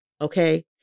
okay